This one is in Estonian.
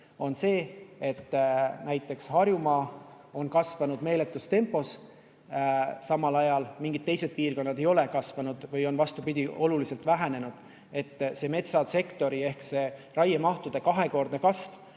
See, et näiteks Harjumaa on kasvanud meeletus tempos, samal ajal mingid teised piirkonnad ei ole kasvanud või on, vastupidi, oluliselt vähenenud. Nii et see metsasektori ehk raiemahtude kahekordne kasv